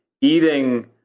eating